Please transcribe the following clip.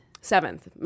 Seventh